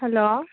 hello